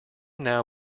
now